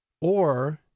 Or-